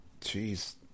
Jeez